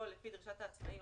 לעצמאי,